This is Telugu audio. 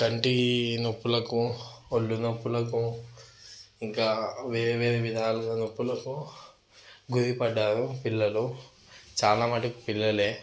కంటి నొప్పులకు ఒళ్ళు నొప్పులకు ఇంకా వేరే వేరే విధాలుగా నొప్పులకు గురయ్యారు పిల్లలు చాలా మట్టుకు పిల్లలే